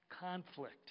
conflict